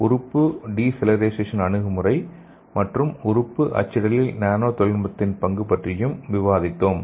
உறுப்பு decellularization அணுகுமுறை மற்றும் உறுப்பு அச்சிடலில் நானோ தொழில்நுட்பத்தின் பங்கு பற்றியும் விவாதித்தோம்